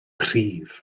cryf